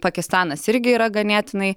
pakistanas irgi yra ganėtinai